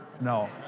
no